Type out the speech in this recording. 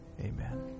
Amen